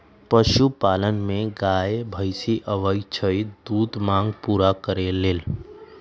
पशुपालन में गाय भइसी आबइ छइ दूध के मांग पुरा करे लेल